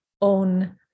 own